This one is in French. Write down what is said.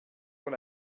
dans